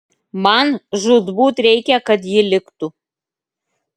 man žūtbūt reikia kad ji liktų